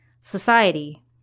society